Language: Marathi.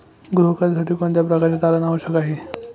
गृह कर्जासाठी कोणत्या प्रकारचे तारण आवश्यक आहे?